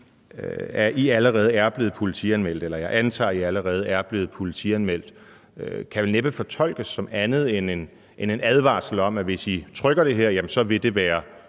politianmeldelse? Altså, det at sige, at man antager, at de allerede er blevet politianmeldt, kan vel næppe fortolkes som andet end en advarsel om, at hvis man trykker det her, så vil det være